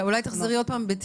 אולי תחזרי שוב על הדברים